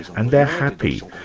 and they're happy.